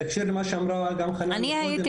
בהקשר למה שאמרה חנאן גם קודם --- אני הייתי